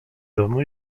domu